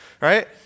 Right